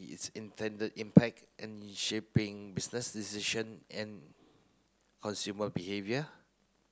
its intended impact in shaping business decision and consumer behaviour